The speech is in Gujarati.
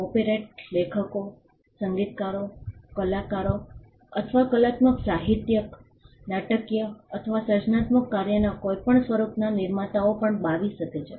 કોપિરાઇટ લેખકો સંગીતકારો કલાકારો અથવા કલાત્મક સાહિત્યક નાટકીય અથવા સર્જનાત્મક કાર્યના કોઈપણ સ્વરૂપના નિર્માતાઓ પર બાવી શકે છે